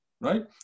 Right